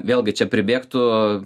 vėlgi čia pribėgtų